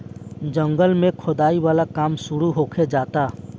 जंगल में खोदाई वाला काम शुरू होखे जाता